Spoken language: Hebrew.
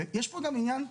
יש פה עניין,